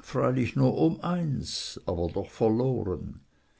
freilich nur um eins aber doch verloren